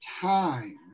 time